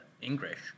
English